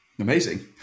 Amazing